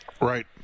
Right